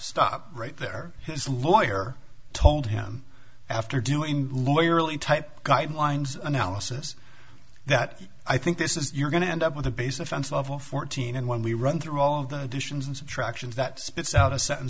stop right there his lawyer told him after doing the lawyer early type guidelines analysis that i think this is you're going to end up with a base offense level fourteen and when we run through all the additions and subtractions that spits out a sentence